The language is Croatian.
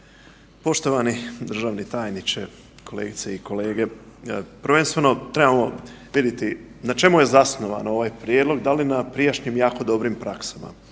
Poštovani državni tajniče, kolegice i kolege. Prvenstveno trebamo vidjeti na čemu je zasnovan ovaj prijedlog, da li na prijašnjim jako dobrim praksama?